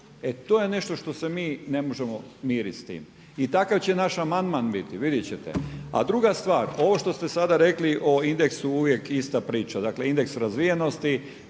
E to je nešto što se mi ne možemo mirit s tim. I takav će naš amandman biti, vidjet ćete. A druga stvar, ovo što ste sada rekli o indeksu uvijek ista priča. Dakle, indeks razvijenosti.